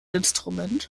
instrument